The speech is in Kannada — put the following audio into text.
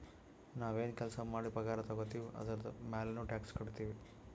ನಾವ್ ಎನ್ ಕೆಲ್ಸಾ ಮಾಡಿ ಪಗಾರ ತಗೋತಿವ್ ಅದುರ್ದು ಮ್ಯಾಲನೂ ಟ್ಯಾಕ್ಸ್ ಕಟ್ಟತ್ತಿವ್